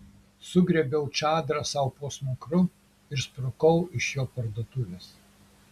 sugriebiau čadrą sau po smakru ir sprukau iš jo parduotuvės